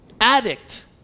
Addict